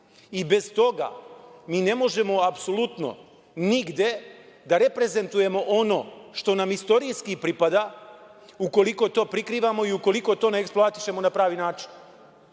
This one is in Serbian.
i bez toga mi ne možemo apsolutno nigde da reprezentujemo ono što nam istorijski pripada ukoliko to prikrivamo i ukoliko to ne eksploatišemo na pravi način. Mislim